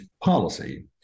policy